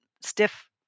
stiff